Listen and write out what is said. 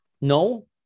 no